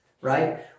right